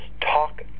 talk